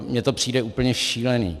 Mně to přijde úplně šílený.